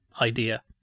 idea